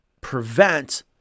prevent